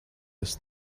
his